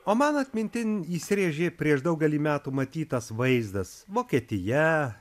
o man atmintin įsirėžė prieš daugelį metų matytas vaizdas vokietija